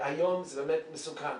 והיום זה באמת מסוכן.